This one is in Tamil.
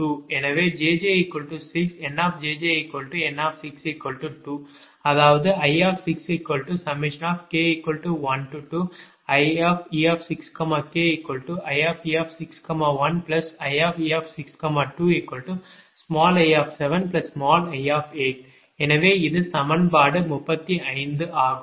எனவேjj6 NjjN62 அதாவது I6k12ie6kie61ie62i7i எனவே இது சமன்பாடு 35 ஆகும்